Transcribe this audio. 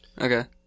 Okay